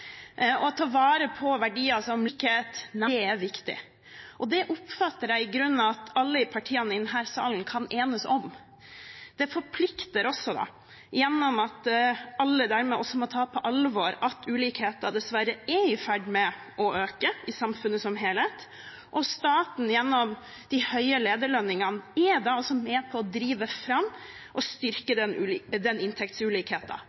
Å ta vare på verdier som likhet, nærhet og høy grad av tillit er viktig. Det oppfatter jeg i grunnen at alle partiene i denne salen kan enes om. Det forplikter oss gjennom at alle dermed også må ta på alvor at ulikheter dessverre er i ferd med å øke i samfunnet som helhet. Staten, gjennom de høye lederlønningene, er med på å drive fram og styrke